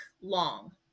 long